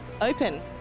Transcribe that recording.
Open